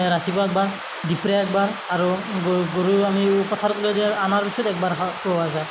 ৰাতিপুৱা এবাৰ দুপৰীয়া এবাৰ আৰু গৰু গৰু আমি পথাৰত লৈ যাওঁ আনাৰ পিছত এবাৰ খা খুওৱা যায়